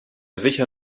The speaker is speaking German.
sicher